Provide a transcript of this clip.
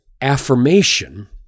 affirmation